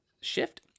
shift